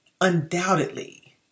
undoubtedly